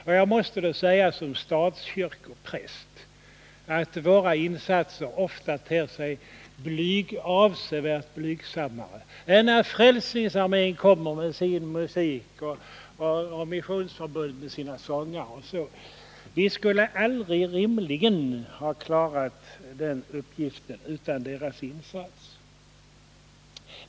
Som statskyrkopräst måste jag säga att våra insatser ofta ter sig avsevärt blygsammare än de som görs av Frälsningsarmén när den kommer med sin musik och av Missionsförbundet med sina sångare. Vi skulle aldrig ha klarat oss utan deras insatser.